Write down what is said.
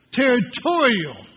territorial